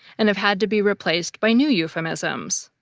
and have had to be replaced by new euphemisms.